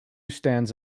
stands